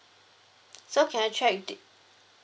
so can I check di~